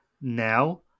now